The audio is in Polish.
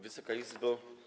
Wysoka Izbo!